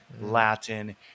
Latin